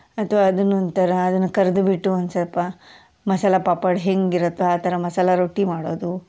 ಅಥವಾ ಅದನ್ನೊಂದು ಥರ ಅದನ್ನು ಕರ್ದು ಬಿಟ್ಟು ಒಂದು ಸ್ವಲ್ಪ ಮಸಾಲೆ ಪಾಪಡ್ ಹೇಗಿರುತ್ತೊ ಆ ಥರ ಮಸಾಲೆ ರೊಟ್ಟಿ ಮಾಡೋದು